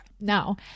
now